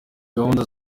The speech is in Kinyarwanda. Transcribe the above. gahunda